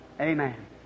Amen